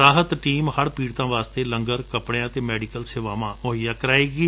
ਰਾਹਤ team ਹੜ ਪੀੜਤਾਂ ਵਾਸਤੇ ਲੰਗਰ ਕਪੜਿਆਂ ਅਤੇ ਮੈਡੀਕਲ ਦੀਆਂ ਸੇਵਾਵਾਂ ਮੁੱਹਈਆਂ ਕਰਵਾਏਗੀ